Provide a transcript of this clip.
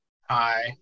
Hi